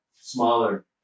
Smaller